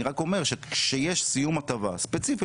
אני רק אומר שכשיש סיום הטבה ספציפית,